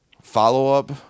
follow-up